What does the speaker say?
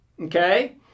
okay